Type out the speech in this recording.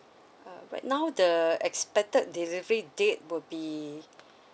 uh right now the expected delivery date would be